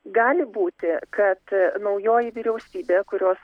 gali būti kad naujoji vyriausybė kurios